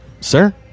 Sir